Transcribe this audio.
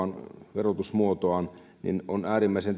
verotusmuotoaan on sellainen että on äärimmäisen